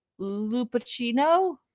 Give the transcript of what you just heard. Lupacino